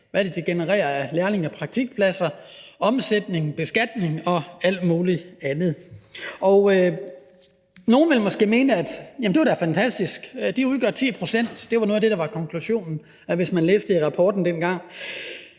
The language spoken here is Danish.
hvad de genererer af lærlinge- og praktikpladser, omsætning, beskatning og alt muligt andet. Nogle vil måske mene, at det da er fantastisk, at de udgør 10 pct. – det var noget af det, der var konklusionen i rapporten dengang